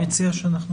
אני מציע שניגש?